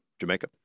Jamaica